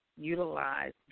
utilize